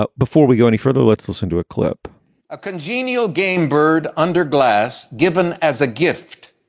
ah before we go any further, let's listen to a clip a congenial game, bird under glass given as a gift.